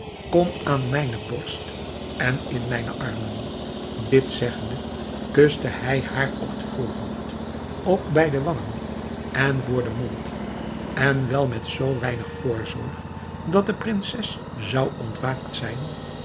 kom aan mijne borst en in mijne armen dit zeggende kuste hij haar op het voorhoofd op beide wangen en voor den mond en wel met zoo weinig voorzorg dat de prinses zou ontwaakt zijn